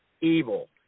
evil